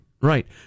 right